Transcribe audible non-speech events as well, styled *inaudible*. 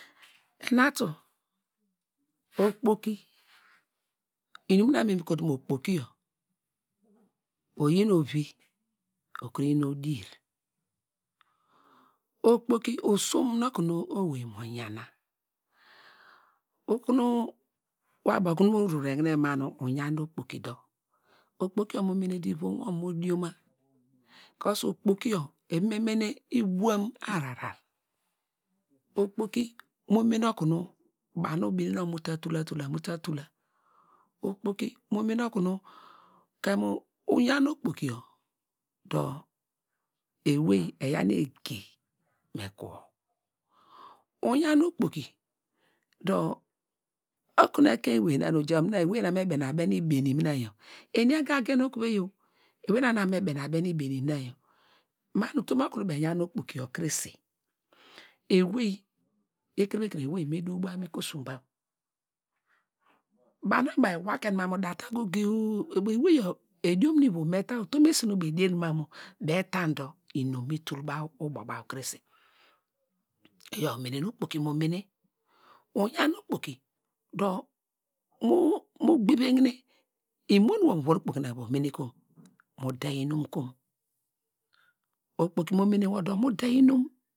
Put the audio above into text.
Enatu okpoki inum na nu me kotu ma mu okpoki yor oyi ovi okuru yin odier` *hesitation* okpoki oson nu okunu owei mo yana okunu wor abo kunu mu reregne ma nu uyan te okpoki dor, okpoki yor mo mor dor ivom wor mo dioma *unintelligible* okpoki yor eva mu mene ibuan ahrar, okpoki mo me oku nu banu ubinen okunu mu ta tula tula mu ta tula, okpoki mno mene okunu kemu uyan okpoki dor ewey eyaw nu egi me ku wo, uyan okpoki dor, okunu ekein ewey nu oja mina ewey nu na me bene abene ibeni mi na yor eni ega gen okuveyi o, ewey na nu abo kunu me bene abene ibeni na yor ma mu utom okunu baw eyan okpoki yor krese ewey ekevre ekevre ewey me duw baw mu ukosum baw, banu baw ewake ma mu da ta gogeyo ewey ediom mu ivom me ta utom esinu eders ma mu baw eta dor inum mi tul baw ubo baw kirese, oyor umene nu okpoki mo mene uyan nu wor mu vun okpoki na mu va mene kom, mu deyi inum kom okpoki mo mene wor dor mu deyi inum